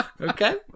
Okay